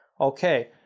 Okay